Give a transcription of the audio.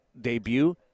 Debut